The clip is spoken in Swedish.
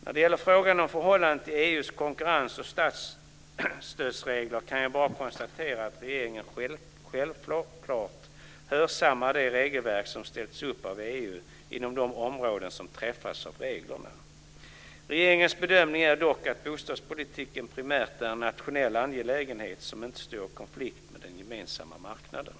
När det gäller frågan om förhållandet till EU:s konkurrens och statsstödsregler kan jag bara konstatera att regeringen självklart hörsammar de regelverk som ställts upp av EU inom de områden som träffas av reglerna. Regeringens bedömning är dock att bostadspolitiken primärt är en nationell angelägenhet, som inte står i konflikt med den gemensamma marknaden.